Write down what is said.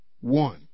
one